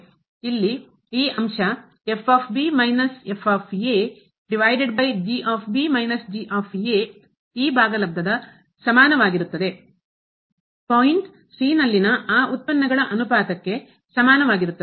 ಇಲ್ಲಿ ಈ ಅಂಶ ಈ ಭಾಗಲಬ್ಧದ ಸಮಾನವಾಗಿರುತ್ತದೆ ಪಾಯಿಂಟ್ ನಲ್ಲಿನ ಆ ಉತ್ಪನ್ನಗಳ ಅನುಪಾತಕ್ಕೆ ಸಮಾನವಾಗಿರುತ್ತದೆ